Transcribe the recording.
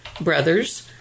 brothers